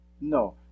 no